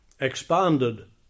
expanded